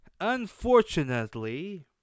Unfortunately